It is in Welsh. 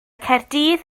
caerdydd